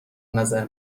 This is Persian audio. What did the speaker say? نظر